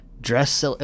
dress